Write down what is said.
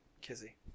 Kizzy